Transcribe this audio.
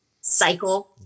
cycle